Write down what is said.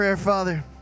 father